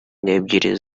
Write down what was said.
n’ebyiri